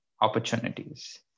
opportunities